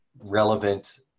relevant